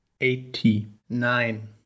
eighty-nine